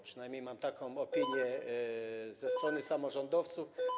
Przynajmniej mam taką opinię ze strony samorządowców.